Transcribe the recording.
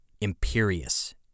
Imperious